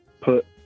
put